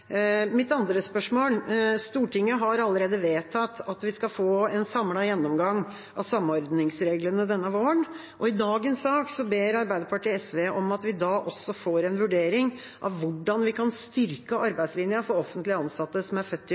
mitt andre spørsmål. Stortinget har allerede vedtatt at vi skal få en samlet gjennomgang av samordningsreglene denne våren, og i dagens sak ber Arbeiderpartiet og SV om at vi også får en vurdering av hvordan vi kan styrke arbeidslinja for offentlig ansatte som er født